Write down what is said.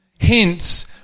Hence